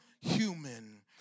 human